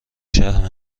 شهر